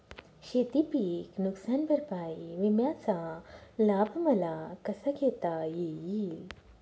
शेतीपीक नुकसान भरपाई विम्याचा लाभ मला कसा घेता येईल?